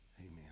Amen